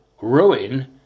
ruin